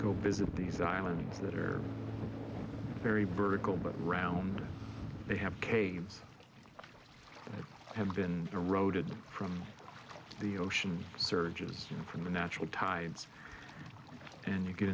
go visit these islands that are very vertical but round they have caves that have been eroded from the ocean surges from the natural tides and you get